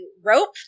rope